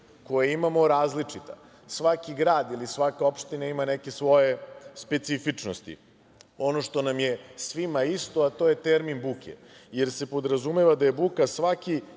koje imamo različita. Svaki grad ili svaka opština ima neke svoje specifičnosti. Ono što nam je svima isto je termin buke jer se podrazumeva da je buka svaki